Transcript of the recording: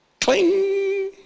Cling